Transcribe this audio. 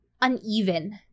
uneven